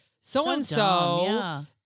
so-and-so